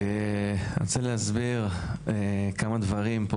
אני רוצה להסביר כמה דברים,